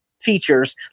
features